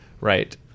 right